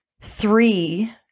three